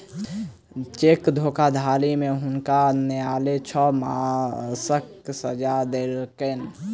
cheque धोखाधड़ी में हुनका न्यायलय छह मासक सजा देलकैन